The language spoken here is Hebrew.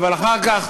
אבל אחר כך,